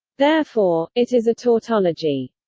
therefore, it is a tautology.